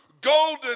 golden